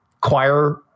choir